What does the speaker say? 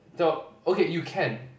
the okay you can